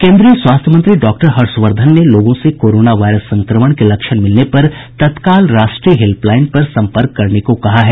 केन्द्रीय स्वास्थ्य मंत्री डॉक्टर हर्षवर्धन ने लोगों से कोरोना वायरस संक्रमण के लक्षण दिखने पर तत्काल राष्ट्रीय हेल्पलाइन पर संपर्क करने को कहा है